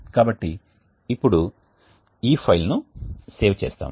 కాబట్టి ఇప్పుడు ఈ ఫైల్ను సేవ్ చేస్తాము